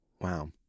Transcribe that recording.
Wow